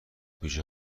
پیچ